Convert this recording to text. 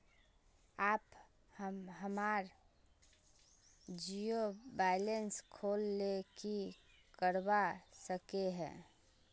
आप हमार zero balance खोल ले की करवा सके है?